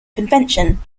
convention